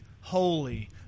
holy